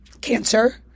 cancer